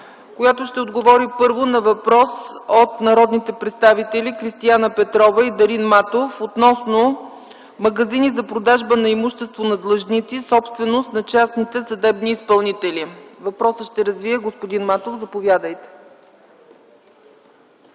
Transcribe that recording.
която ще отговори първо на въпрос от народните представители Кристияна Петрова и Дарин Матов относно магазини за продажба на имущество на длъжници, собственост на частните съдебни изпълнители. Въпросът ще развие господин Матов. Заповядайте.